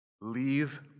leave